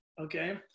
Okay